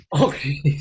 Okay